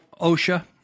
OSHA